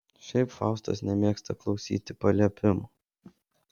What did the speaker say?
šiaip faustas nemėgsta klausyti paliepimų